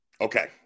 Okay